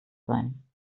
sein